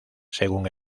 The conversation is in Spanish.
según